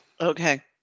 Okay